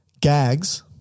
Gags